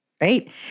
right